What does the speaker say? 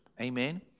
Amen